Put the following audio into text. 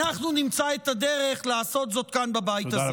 אנחנו נמצא את הדרך לעשות זאת כאן בבית הזה.